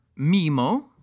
mimo